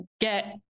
get